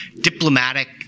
diplomatic